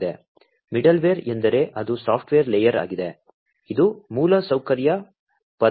middleware ಎಂದರೆ ಅದು software layer ಆಗಿದೆ ಇದು ಮೂಲಸೌಕರ್ಯ ಪದರ ಮತ್ತು ಅಪ್ಲಿಕೇಶನ್ ಲೇಯರ್ ನಡುವೆ ನಿಲ್ಲುತ್ತದೆ